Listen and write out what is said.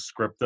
scripted